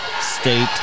State